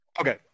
Okay